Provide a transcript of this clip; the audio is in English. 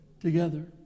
together